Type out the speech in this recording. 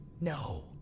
No